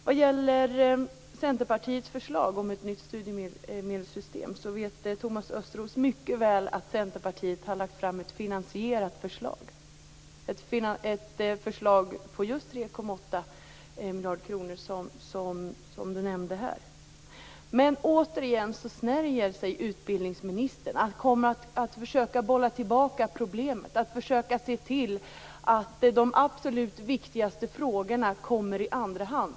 Vad gäller Centerpartiets förslag om ett nytt studiemedelssystem vet Thomas Östros mycket väl att Centerpartiet har lagt fram ett finansierat förslag, ett förslag på just 3,8 miljarder kronor, som han nämnde här. Men återigen snärjer sig utbildningsministern. Han försöker bolla tillbaka problemet och se till att de absolut viktigaste frågorna kommer i andra hand.